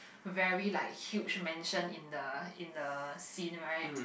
very like huge mansion in the in the scene right